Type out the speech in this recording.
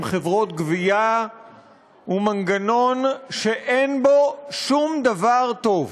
חברות גבייה הוא מנגנון שאין בו שום דבר טוב.